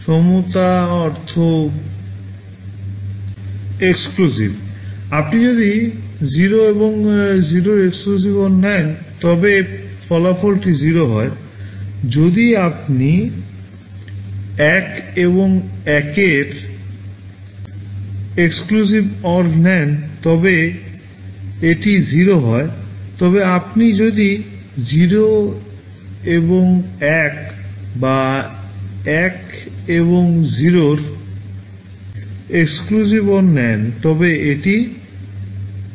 সমতা অর্থ exclusive আপনি যদি 0 এবং 0 এর exclusive OR নেন তবে ফলাফলটি 0 হয় যদি আপনি 1 এবং 1 এর exclusive OR নেন তবে এটি 0 হয় তবে আপনি যদি 0 এবং 1 বা 1 এবং 0 এর exclusive OR নেন তবে এটি 1